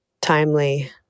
timely